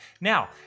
Now